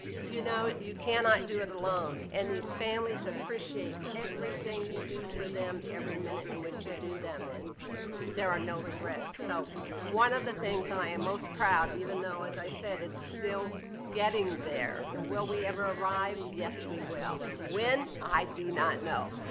you know, you cannot do it alone. and these families appreciate everything you do for them every minute in which you do them. and there are no regrets. so one of the things that i am most proud even though as i said it's still getting there, and will we ever arrive? yes, we will. when? i do not know.